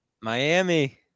Miami